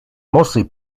mostly